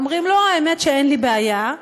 שאומרים: לא, האמת שאין לי בעיה,